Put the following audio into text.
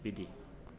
बिदि